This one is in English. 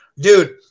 dude